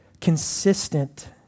consistent